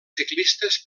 ciclistes